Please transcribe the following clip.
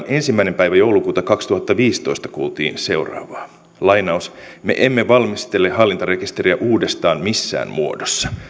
ensimmäinen päivä joulukuuta kaksituhattaviisitoista kuultiin seuraavaa me emme valmistele hallintarekisteriä uudestaan missään muodossa